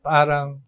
Parang